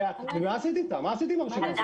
מה עשית עם הרשימה הזאת?